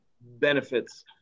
benefits